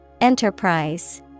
Enterprise